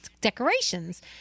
decorations